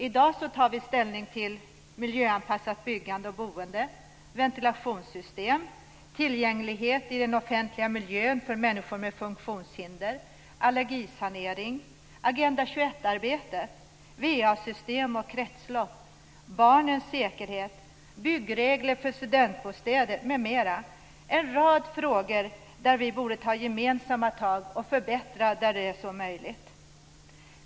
I dag tar vi ställning till miljöanpassat byggande och boende, ventilationssystem, tillgänglighet i den offentliga miljön för människor med funktionshinder, allergisanering, Agenda 21-arbete, va-system och kretslopp, barnens säkerhet och byggregler för studentbostäder m.m. Det är en rad frågor där vi borde ta gemensamma tag och förbättra där det så är möjligt.